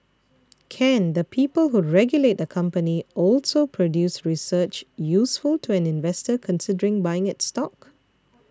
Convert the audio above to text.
Can the people who regulate a company also produce research useful to an investor considering buying its stock